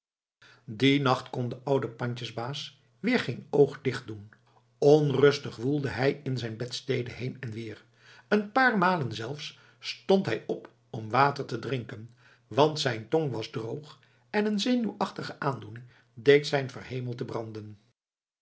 dien nacht kon de oude pandjesbaas weer geen oog dichtdoen onrustig woelde hij in zijn bedstede heen en weer een paar malen zelfs stond hij op om water te drinken want zijn tong was droog en een zenuwachtige aandoening deed zijn verhemelte branden